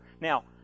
Now